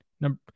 number